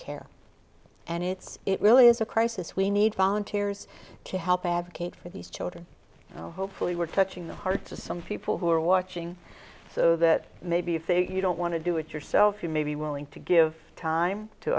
care and it's it really is a crisis we need volunteers to help advocate for these children hopefully we're touching the hearts of some people who are watching so that maybe if you don't want to do it yourself you may be willing to give time to